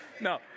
No